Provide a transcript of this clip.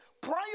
Prior